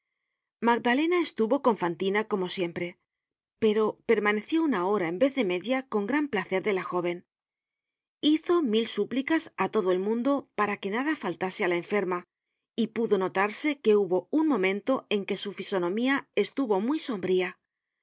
magdalena estuvo con fantina como siempre pero permaneció una hora en vez de media con gran placer de la jóven hizo mil súplicas á todo el mundo para que nada faltase á la enferma y pudo notarse que hubo un momento en que su fisonomía estuvo muy sombría